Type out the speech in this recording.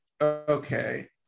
Okay